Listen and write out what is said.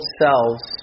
selves